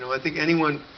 i think anyone.